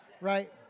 right